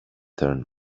turn